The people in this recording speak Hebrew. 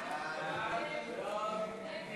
הצעת ועדת הכנסת בדבר הקמת ועדה לעניין מסוים נתקבלה.